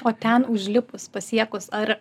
o ten užlipus pasiekus ar